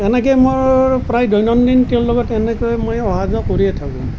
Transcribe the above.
তেনেকৈ মোৰ প্ৰায় দৈনন্দিন তেওঁৰ লগত তেনেকৈ মই অহা যোৱা কৰিয়ে থাকোঁ